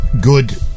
good